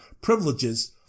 privileges